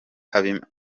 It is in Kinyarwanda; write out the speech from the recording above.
habimana